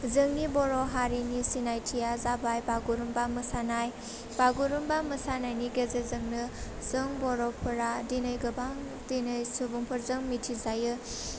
जोंनि बर' हारिनि सिनायथिया जाबाय बागुरुम्बा मोसानाय बागुरुम्बा मोसानायनि गेजेरजोंनो जों बर'फोरा दिनै गोबां दिनै सुबुंफोरजों मिथिजायो